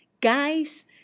Guys